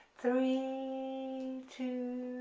three, two,